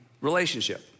relationship